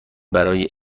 برای